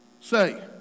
say